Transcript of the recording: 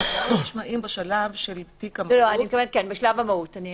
אבל הם קשורים לתיק המהו"ת כי הם